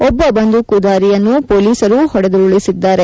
ಒಬ್ಬ ಬಂದೂಕುಧಾರಿಯನ್ನು ಪೊಲೀಸರು ಹೊಡೆದುರುಳಿಸಿದ್ದಾರೆ